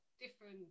different